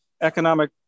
economic